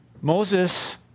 Moses